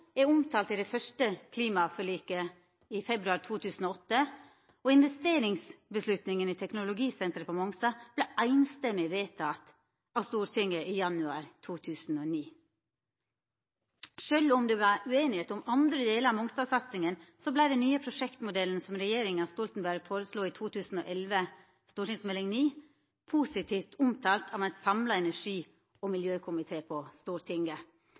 er omtala i det første klimaforliket i februar 2008, og investeringsavgjerda i teknologisenteret på Mongstad vart samrøystes vedteken av Stortinget i januar 2009. Sjølv om det var ueinigheit om andre delar av Mongstad-satsinga, vart den nye prosjektmodellen som regjeringa Stoltenberg føreslo i 2011, Meld. St. 9 for 2010–2011, positivt omtala av ein samla energi- og miljøkomité på Stortinget.